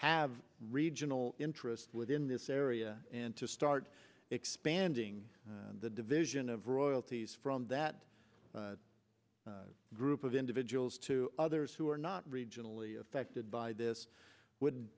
have regional interests within this area and to start expanding the division of royalties from that group of individuals to others who are not regionally affected by this would